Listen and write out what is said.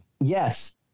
Yes